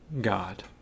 God